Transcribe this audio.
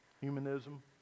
humanism